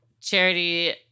Charity